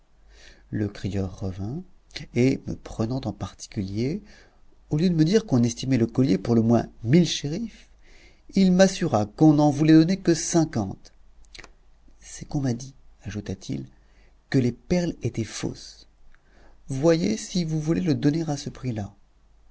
le crieur revint et me prenant en particulier au lieu de me dire qu'on estimait le collier pour le moins mille scherifs il m'assura qu'on n'en voulait donner que cinquante c'est qu'on m'a dit ajouta-t-il que les perles étaient fausses voyez si vous voulez le donner à ce prix-là